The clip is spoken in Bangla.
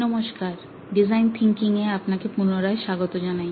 নমস্কার ডিজাইন থিঙ্কিং এ আপনাকে পুনরায় স্বাগত জানাই